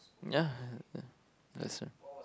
ya that's right